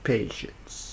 Patience